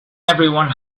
everyone